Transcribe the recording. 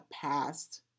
past